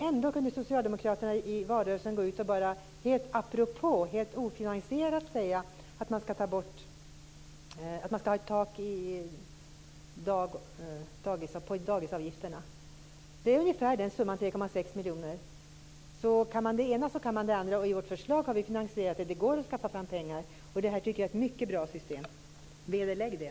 Ändå kunde socialdemakraterna i valrörelsen helt apropå, helt ofinansierat, säga att man skall ha ett tak på dagisavgifterna. Det är ungefär den summan, 3,6 miljarder. Kan man det ena kan man det andra. I vårt förslag har vi finansiering, det går att skaffa fram pengar. Det här tycker jag är ett mycket bra system. Vederlägg det!